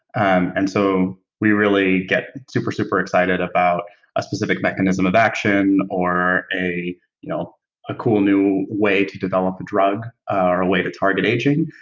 and and so we really get super, super excited about a specific mechanism of action or a you know a cool new way to develop a drug ah or a way to target aging.